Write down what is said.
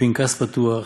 והפנקס פתוח,